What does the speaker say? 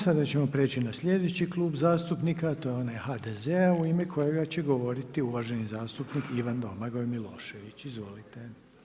Sada ćemo preći na slijedeći Klub zastupnika a to je onaj HDZ-a u ime kojega će govoriti uvaženi zastupnik Ivan Domagoj Milošević, izvolite.